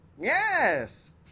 Yes